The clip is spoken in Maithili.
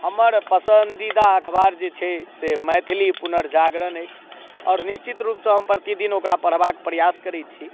हमर पसन्दीदा अखबार जे छै से मैथिली पुनर्जागरण अछि आओर निश्चित रुपसँ प्रतिदिन हम ओकरा पढ़बाक प्रयास करै छी